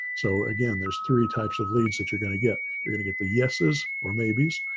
so, again, there's three types of leads that you're going to get. you're going to get the yeses, or maybes,